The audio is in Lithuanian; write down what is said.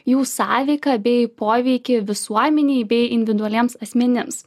jų sąveiką bei poveikį visuomenei bei individualiems asmenims